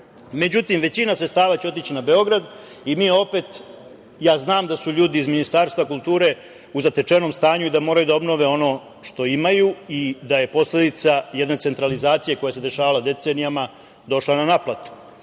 Međutim, većina sredstava će otići na Beograd i mi opet, ja znam da su ljudi iz Ministarstva kulture u zatečenom stanju i da moraju da obnove ono što imaju i da je posledica jedne centralizacije koja se dešavala decenijama došla na naplatu. Ta